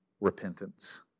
repentance